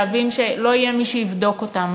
להבין שלא יהיה מי שיבדוק אותו.